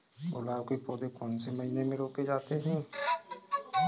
गुलाब के पौधे कौन से महीने में रोपे जाते हैं?